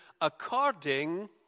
according